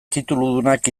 tituludunak